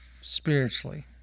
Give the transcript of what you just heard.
spiritually